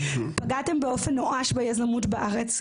פגעתם באופן נואש ביזמות בארץ.